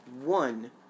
one